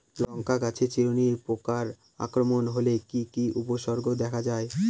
লঙ্কা গাছের চিরুনি পোকার আক্রমণ হলে কি কি উপসর্গ দেখা যায়?